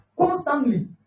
constantly